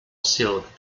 silk